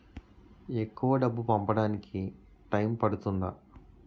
ఎక్కువ డబ్బు పంపడానికి టైం పడుతుందా?